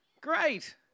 Great